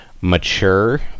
mature